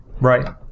Right